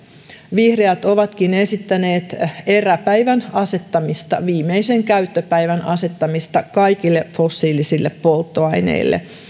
vihreät ovatkin esittäneet eräpäivän asettamista viimeisen käyttöpäivän asettamista kaikille fossiilisille polttoaineille